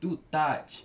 tu touch